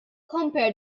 compare